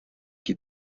qui